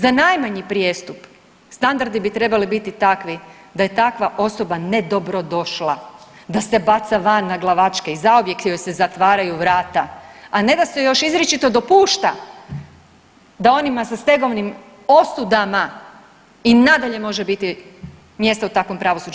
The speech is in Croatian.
Za najmanji prijestup standardi bi trebali biti takvi da je takva osoba nedobrodošla, da se baca van naglavačke i zauvijek joj se zatvaraju vrata, a ne da se joj još izričito dopušta da onima sa stegovnim osudama i nadalje može biti mjesto u takvom pravosuđu.